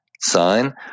sign